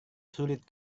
sulit